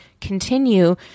continue